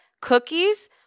cookies